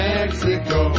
Mexico